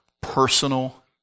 personal